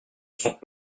sont